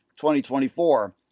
2024